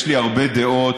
יש לי הרבה דעות